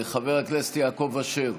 חבר הכנסת יעקב אשר,